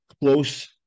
close